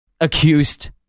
accused